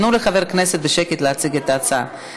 תנו לחבר הכנסת להציג בשקט את ההצעה.